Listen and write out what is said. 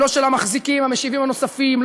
לא של המחזיקים המשיבים הנוספים,